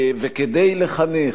וכדי לחנך,